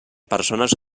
persones